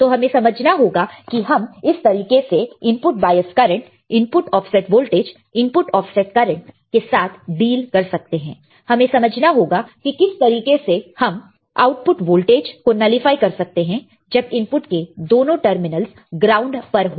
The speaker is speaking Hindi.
तो हमें समझना होगा कि हम किस तरीके से input bias current input offset voltage input offset current के साथ डील कर सकते हैं हमें समझना होगा कि किस तरीके से हम आउटपुट वोल्टेज को नलीफाई कर सकते हैं जब इनपुट के दोनों टर्मिनलस ग्राउंड पर हो